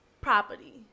property